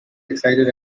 excited